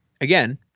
again